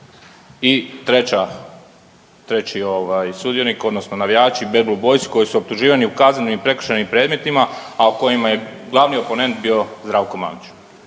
i treći sudionik odnosno navijači odnosno BBB koji su optuživani u kaznenim i prekršajnim predmetima, a kojima je glavni oponent bio Zdravko Mamić?